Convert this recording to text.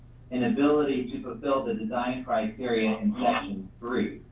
and ability to fulfill the design criteria in section three.